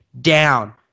down